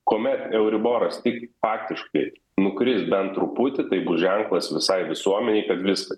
kuomet euriboras tik faktiškai nukris bent truputį tai bus ženklas visai visuomenei kad viskas